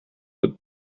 but